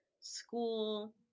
school